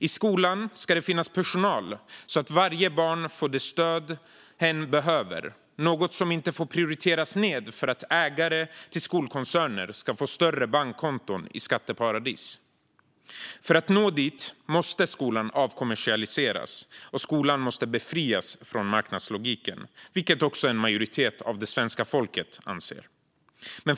I skolan ska det finnas personal så att varje barn får det stöd hen behöver, något som inte får prioriteras ned för att ägare till skolkoncerner ska få större bankkonton i skatteparadis. För att nå dit måste skolan avkommersialiseras och skolan befrias från marknadslogiken, vilket också en majoritet av svenska folket anser.